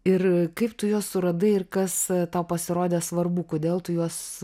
ir kaip tu juos suradai ir kas tau pasirodė svarbu kodėl tu juos